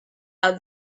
how